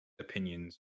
opinions